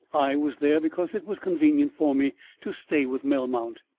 i was there because it was convenient for me to stay with melmount.